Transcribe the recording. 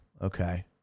Okay